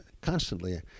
constantly